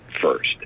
first